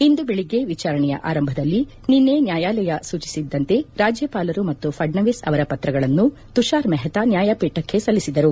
ಇಂದು ಬೆಳಗ್ಗೆ ವಿಚಾರಣೆಯ ಆರಂಭದಲ್ಲಿ ನಿನ್ನೆ ನ್ಲಾಯಾಲಯ ಸೂಚಿಸಿದ್ದಂತೆ ರಾಜ್ಲಪಾಲರು ಮತ್ತು ಫಡ್ನವೀಸ್ ಅವರ ಪತ್ರಗಳನ್ನು ತುಷಾರ್ ಮೆಹ್ತಾ ನ್ನಾಯಪೀಠಕ್ಕೆ ಸಲ್ಲಿಸಿದರು